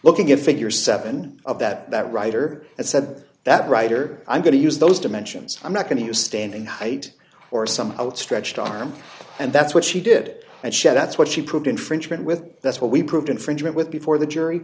looking to figure seven of that writer and said that writer i'm going to use those dimensions i'm not going to use standing height or some outstretched arm and that's what she did and said that's what she proved infringement with that's what we proved infringement with before the jury